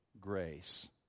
grace